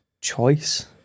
choice